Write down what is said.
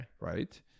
Right